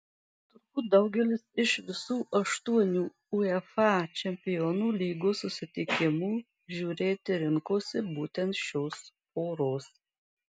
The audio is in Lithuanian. turbūt daugelis iš visų aštuonių uefa čempionų lygos susitikimų žiūrėti rinkosi būtent šios poros